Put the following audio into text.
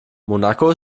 monaco